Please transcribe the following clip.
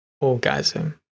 orgasm